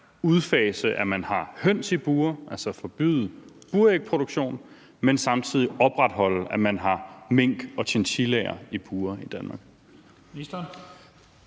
udfase, at man har høns i bure, altså forbyde burægproduktion, men samtidig ønsker at opretholde, at man har mink og chinchillaer i bure i Danmark.